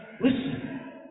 listen